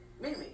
Mimi